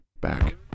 Back